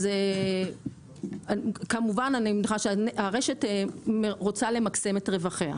כמובן הרשת רוצה למקסם את רווחיה.